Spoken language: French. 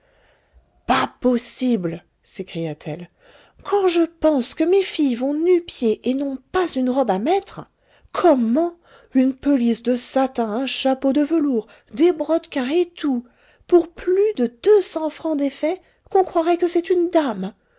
pas possible s'écria-t-elle quand je pense que mes filles vont nu-pieds et n'ont pas une robe à mettre comment une pelisse de satin un chapeau de velours des brodequins et tout pour plus de deux cents francs d'effets qu'on croirait que c'est une dame